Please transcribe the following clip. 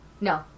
No